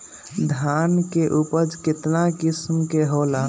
धान के उपज केतना किस्म के होला?